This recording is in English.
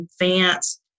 advanced